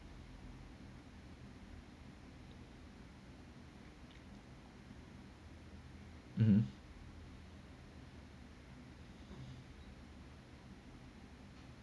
mm